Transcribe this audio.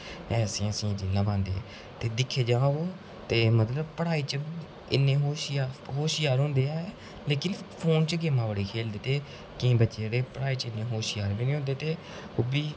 ऐसी ऐसी रीलां पांदे ते दिक्खेआ जा ओह् ते मतलब पढ़ाई च इन्ने होशियार होंदे ऐ लेकिन फोन च गेमां बड़ियां खेढदे ते केईं बच्चे जेह्डे़ पढ़ाई च इन्ने होशियार बी नेईं होंदे ते ओह् बी